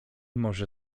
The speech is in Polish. może